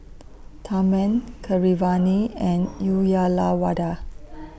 Tharman Keeravani and Uyyalawada